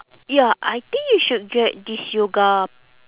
ya I think you should get this yoga